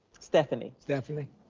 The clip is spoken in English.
stephanie stephanie.